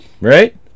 right